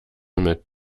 mit